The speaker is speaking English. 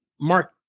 mark